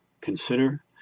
consider